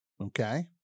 Okay